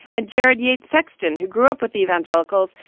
and jared yates sexton, who grew up with the evangelicals,